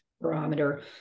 Barometer